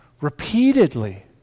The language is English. repeatedly